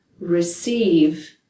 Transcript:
receive